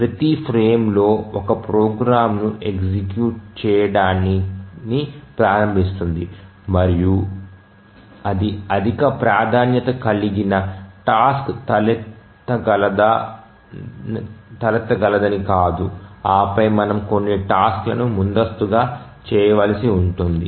ప్రతి ఫ్రేమ్లో ఒక ప్రోగ్రామ్ను ఎగ్జిక్యూట్ చేయడాన్ని ప్రారంభిస్తుంది మరియు అది అధిక ప్రాధాన్యత కలిగిన టాస్క్ తలెత్తగలదని కాదు ఆ పై మనం కొన్ని టాస్క్ లను ముందస్తుగా చేయవలసి ఉంటుంది